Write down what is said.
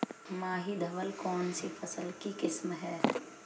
माही धवल कौनसी फसल की किस्म है?